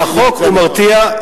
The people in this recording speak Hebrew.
והחוק הוא מרתיע.